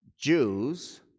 Jews